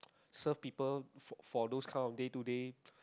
serve people for for those kind of day to day